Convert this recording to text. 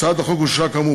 הצעת החוק אושרה כאמור